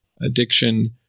addiction